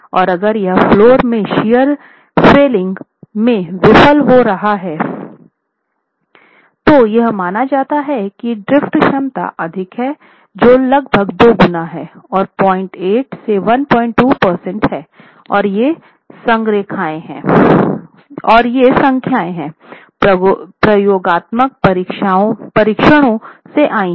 और अगर यह फ्लेयर में शियर फेलिंग में विफल हो रहा है तो यह माना जाता है कि ड्रिफ्ट क्षमता अधिक है जो लगभग दोगुना है और 08 से 12 प्रतिशत है और ये संख्याएं हैं प्रयोगात्मक परीक्षणों से आई हैं